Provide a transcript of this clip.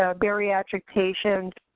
ah bariatric patients,